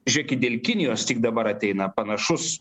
žėkit dėl kinijos tik dabar ateina panašus